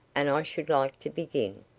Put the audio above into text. and i should like to begin.